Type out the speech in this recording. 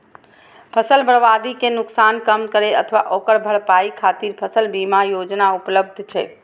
फसल बर्बादी के नुकसान कम करै अथवा ओकर भरपाई खातिर फसल बीमा योजना उपलब्ध छै